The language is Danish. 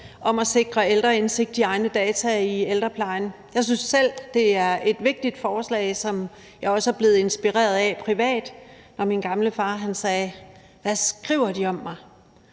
om at sikre ældre indsigt i egne data i ældreplejen. Jeg synes selv, det er et vigtigt forslag, som jeg også er blevet inspireret af privat, når min gamle far spurgte: Hvad skriver de om mig?